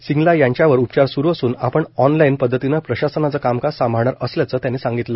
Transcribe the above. सिंगला यांच्यावर उपचार सुरु असून आपण ऑनलाईन पद्धतीनं प्रशासनाचं कामकाज सांभाळणार असल्याचं त्यांनी सांगितलं